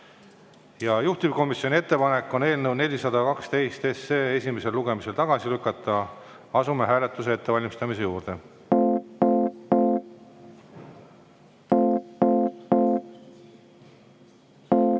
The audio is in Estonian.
Juhtivkomisjoni ettepanek on eelnõu 412 esimesel lugemisel tagasi lükata. Asume hääletuse ettevalmistamise juurde. Panen